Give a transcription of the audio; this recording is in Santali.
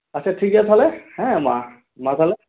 ᱟᱪᱪᱷᱟ ᱴᱷᱤᱠᱜᱮᱭᱟ ᱛᱟᱦᱚᱞᱮ ᱦᱮᱸ ᱢᱟ ᱢᱟ ᱛᱟᱦᱚᱞᱮ